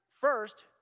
First